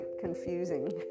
confusing